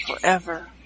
forever